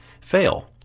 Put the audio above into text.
fail